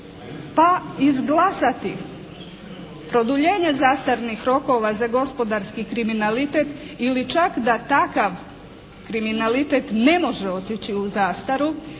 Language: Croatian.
pa izglasati produljenje zastarnih rokova za gospodarski kriminalitet ili čak da takav kriminalitet ne može otići u zastaru